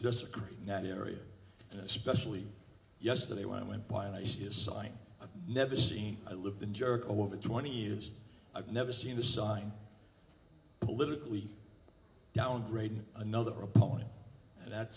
disagree now the area and especially yesterday when i went by and i see a sign i've never seen i live the jerk over twenty years i've never seen a sign politically downgraded another opponent that